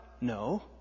No